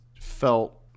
felt